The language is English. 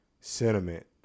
sentiment